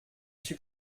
suis